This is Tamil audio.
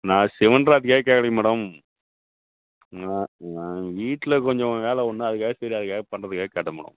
நான் சிவன் ராத்திரிக்காக கேட்கலிங்க மேடம் நான் நான் வீட்டில் கொஞ்சம் வேலை ஒன்று அதுக்காக சரி அதுக்காக பண்ணுறதுக்காக கேட்டேன் மேடம்